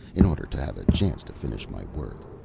in order to have a chance to finish my work.